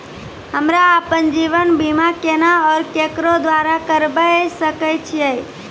हमरा आपन जीवन बीमा केना और केकरो द्वारा करबै सकै छिये?